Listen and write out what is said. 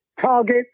target